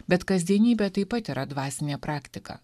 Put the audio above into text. bet kasdienybė taip pat yra dvasinė praktika